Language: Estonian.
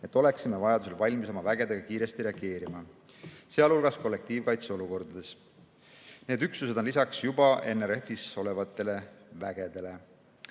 et oleksime vajadusel valmis oma vägedega kiiresti reageerima, sh kollektiivkaitse olukordades. Need üksused on lisaks juba NRF-is olevatele vägedele.